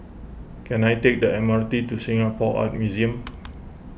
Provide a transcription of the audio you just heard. can I take the M R T to Singapore Art Museum